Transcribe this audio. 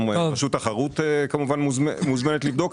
גם רשות התחרות כמובן מוזמנת לבדוק.